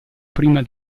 prima